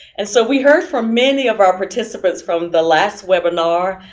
and so, we heard from many of our participants from the last webinar,